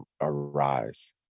arise